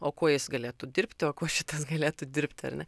o kuo jis galėtų dirbti o kuo šitas galėtų dirbti ar ne